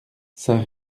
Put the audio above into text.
saint